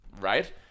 right